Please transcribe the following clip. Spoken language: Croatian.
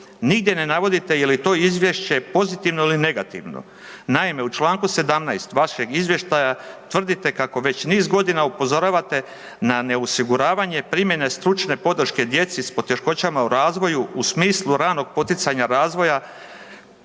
Nigdje ne navodite je li to izvješće pozitivno ili negativno. Naime, u Članku 17. vašeg izvještaja tvrdite kako već niz godina upozoravate na neosiguravanje primjene stručne podrške djeci s poteškoćama u razvoju u smislu ranog poticanja razvoja,